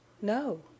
No